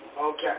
Okay